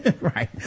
right